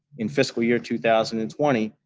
in fiscal year two thousand and twenty,